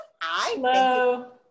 Hello